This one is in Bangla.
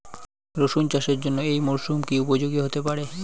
রসুন চাষের জন্য এই মরসুম কি উপযোগী হতে পারে?